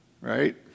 Right